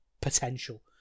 potential